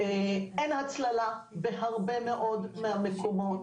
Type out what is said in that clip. אין הצללה בהרבה מאוד מהמקומות,